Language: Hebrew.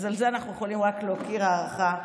אז על זה אנחנו יכולים רק להכיר תודה, והערכה.